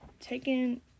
taking